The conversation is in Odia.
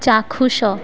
ଚାକ୍ଷୁଷ